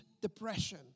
depression